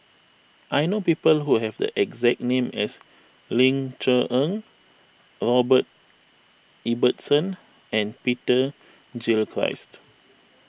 I know people who have the exact name as Ling Cher Eng Robert Ibbetson and Peter Gilchrist